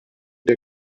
der